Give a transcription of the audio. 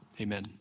amen